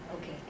Okay